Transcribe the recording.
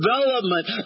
development